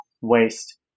waste